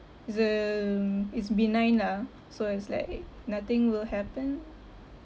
it's um it's benign lah so it's like nothing will happen